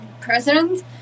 president